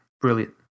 brilliant